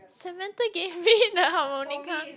Samantha gave me the harmonica